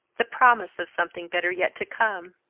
the promise of something better yet to come.